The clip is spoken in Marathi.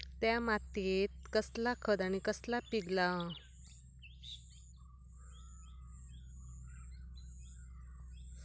त्या मात्येत कसला खत आणि कसला पीक लाव?